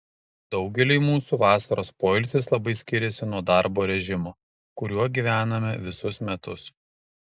daugeliui mūsų vasaros poilsis labai skiriasi nuo darbo režimo kuriuo gyvename visus metus